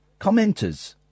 commenters